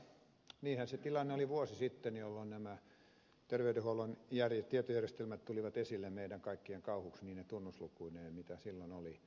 niinhän se tilanne oli vuosi sitten jolloin nämä terveydenhuollon tietojärjestelmät tulivat esille meidän kaikkien kauhuksi niine tunnuslukuineen joita silloin oli